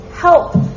help